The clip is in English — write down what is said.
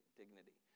dignity